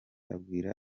abwira